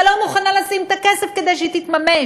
אבל לא מוכנה לשים את הכסף כדי שהיא תתממש.